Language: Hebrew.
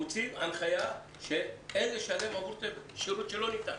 הוציא הנחיה שאין לשלם עבור שירות שלא ניתן.